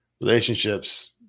relationships